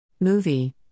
movie